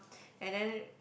and then